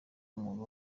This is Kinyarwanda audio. umwuga